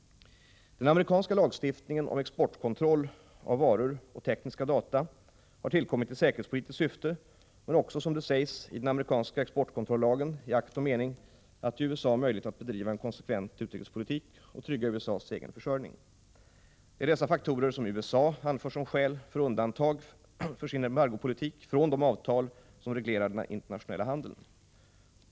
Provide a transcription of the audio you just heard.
Den amerikanska lagstiftningen om exportkontroll av varor och tekniska data har tillkommit i säkerhetspolitiskt syfte men också, som det sägs i den amerikanska exportkontrollagen, i akt och mening att ge USA möjlighet att bedriva en konsekvent utrikespolitik och trygga USA:s egen försörjning. Det är dessa faktorer som USA anför som skäl för undantag för sin embargopolitik från de avtal som reglerar den internationella handeln.